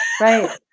right